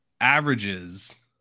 averages